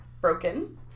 broken